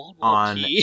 on